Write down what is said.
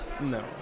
No